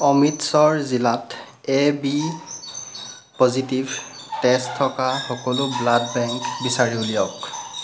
অমৃতশ্বৰ জিলাত A B positive তেজ থকা সকলো ব্লাড বেংক বিচাৰি উলিয়াওক